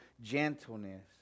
gentleness